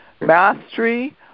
mastery